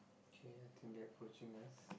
actually I think they're approaching us